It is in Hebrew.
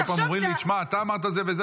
כל פעם אומרים לי: שמע, אתה אמרת זה וזה.